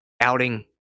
outing